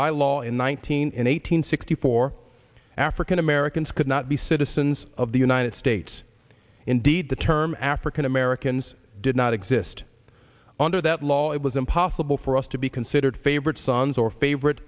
by law in one thousand nine hundred sixty four african americans could not be citizens of the united states indeed the term african americans did not exist under that law it was impossible for us to be considered favorite sons or favorite